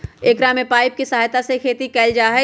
एकरा में पाइप के सहायता से खेती कइल जाहई